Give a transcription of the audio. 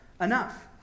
enough